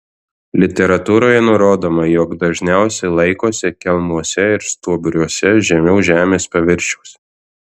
literatūroje nurodoma jog dažniausiai laikosi kelmuose ir stuobriuose žemiau žemės paviršiaus